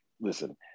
listen